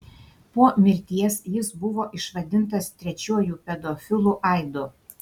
po mirties jis buvo išvadintas trečiuoju pedofilu aidu